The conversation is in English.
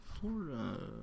florida